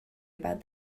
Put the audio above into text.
about